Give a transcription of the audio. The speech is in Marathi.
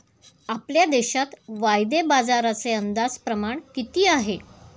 आपल्या देशात वायदे बाजाराचे अंदाजे प्रमाण किती आहे?